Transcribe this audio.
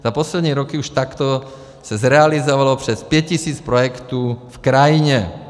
Za poslední roky už takto se zrealizovalo přes 5 tis. projektů v krajině.